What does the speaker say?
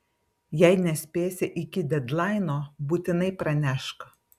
jei nespėsi iki dedlaino būtinai pranešk